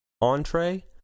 entree